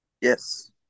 Yes